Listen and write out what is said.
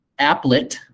applet